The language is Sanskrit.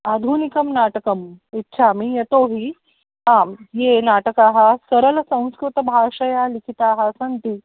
आधुनिकं नाटकम् इच्छामि यतो हि आं यानि नाटकानि सरलसंस्कृतभाषया लिखितानि सन्ति